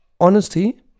Honesty